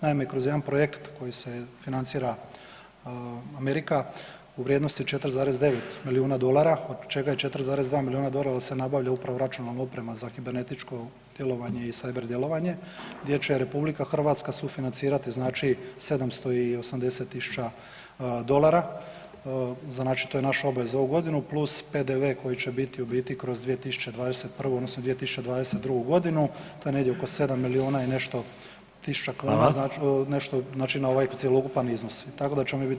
Naime, kroz jedan projekt koji se financira Amerika u vrijednosti od 4,9 milijuna dolara od čega je 4,2 milijuna dolara se nabavlja upravo računalna oprema za kibernetičko djelovanje i cyber djelovanje gdje će RH sufinancirati znači 780.000 dolara, znači to je naša obaveza za ovu godinu + PDV koji će biti u biti kroz 2021. odnosno 2022.g., to je negdje oko 7 milijuna i nešto tisuća kuna [[Upadica: Hvala]] znači nešto, znači na ovaj cjelokupan iznos, tako da ćemo mi bit